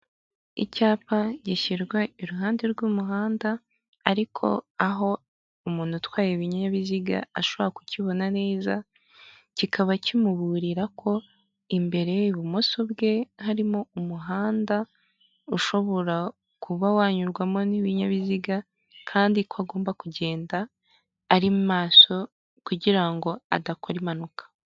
Icyapa gishyirwa iruhande rw'umuhanda ariko aho umuntu utwaye ibinyabiziga ashobora kukibona neza kikaba kimuburira ko imbere y'ibumoso bwe harimo umuhanda ushobora kuba wanyurwamo n'ibinyabiziga kandi ko agomba kugenda ari maso kugira ngo adakora impanuka.